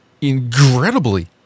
incredibly